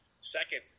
second